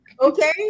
Okay